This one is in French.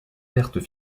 pertes